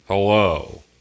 Hello